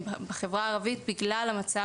שהילדים שלהן היו אצלי בבית הספר.